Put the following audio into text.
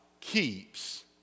keeps